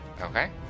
Okay